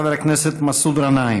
חבר הכנסת מסעוד גנאים.